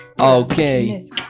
Okay